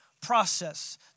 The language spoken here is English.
process